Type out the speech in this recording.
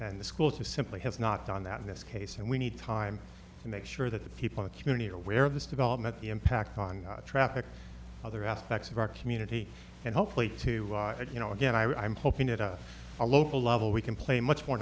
and the school to simply has not done that in this case and we need time to make sure that the people at uni aware of this development impact on traffic other aspects of our community and hopefully to you know again i am hoping that of a local level we can play much more